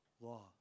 law